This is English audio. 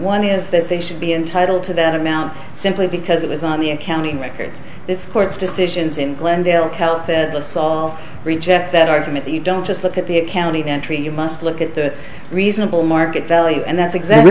one is that they should be entitled to that amount simply because it is on the accounting records this court's decisions in glendale tell to us all reject that argument you don't just look at the accounting entry you must look at the reasonable market value and that's exactly